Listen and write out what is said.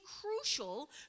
crucial